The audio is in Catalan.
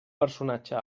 personatge